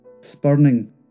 spurning